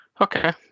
Okay